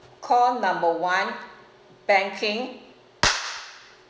call number one banking